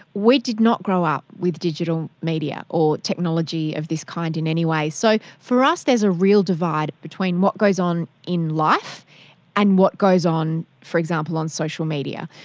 did not grow up with digital media or technology of this kind in any way. so for us there is a real divide between what goes on in life and what goes on, for example, on social media,